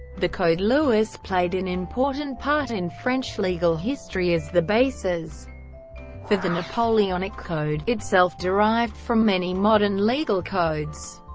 the code louis played an important part in french legal history as the basis for the napoleonic code, itself derived from many modern legal codes.